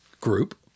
group